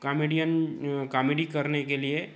comedian comedy करने के लिए